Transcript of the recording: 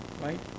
right